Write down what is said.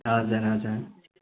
हजुर हजुर